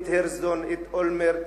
את הירשזון, את אולמרט,